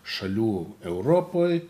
šalių europoj